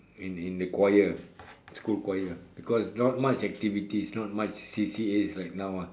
in in the choir school choir because not much activities not much C_C_A like now ah